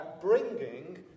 bringing